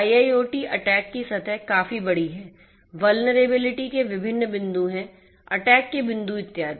IIoT attack की सतह काफी बड़ी हैवल्नेरेबिलिटी के विभिन्न बिंदु हैं अटैक के बिंदु इत्यादि